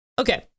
Okay